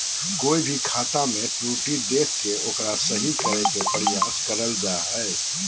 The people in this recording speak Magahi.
कोय भी खाता मे त्रुटि देख के ओकरा सही करे के प्रयास करल जा हय